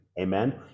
Amen